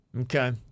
Okay